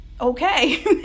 okay